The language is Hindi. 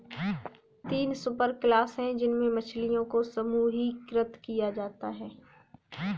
तीन सुपरक्लास है जिनमें मछलियों को समूहीकृत किया जाता है